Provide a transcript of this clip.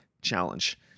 challenge